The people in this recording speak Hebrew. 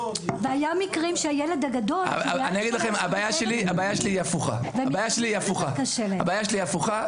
הבעיה שלי היא הפוכה,